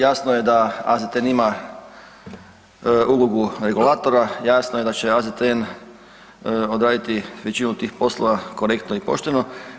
Jasno je da AZTN ima ulogu regulatora, jasno je da će AZTN odrediti većinu tih poslova korektno i pošteno.